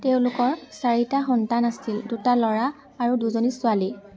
তেওঁলোকৰ চাৰিটা সন্তান আছিল দুটা ল'ৰা আৰু দুজনী ছোৱালী